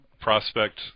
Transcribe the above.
prospect